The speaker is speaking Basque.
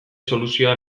soluzioa